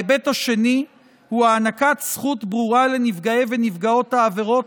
ההיבט השני הוא הענקת זכות ברורה לנפגעי ונפגעות העבירות